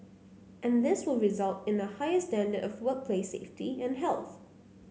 and this will result in a higher standard of workplace safety and health